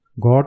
God